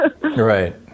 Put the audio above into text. Right